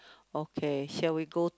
okay shall we go